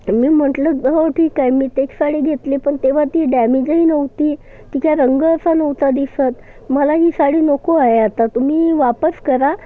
मी म्हंटलं हो ठिक आहे मी तेच साडी घेतली पण तेव्हा ती डॅमेजही नव्हती तिचा रंग असा नव्हता दिसत मला ही साडी नको आहे आता तुम्ही ही वापस करा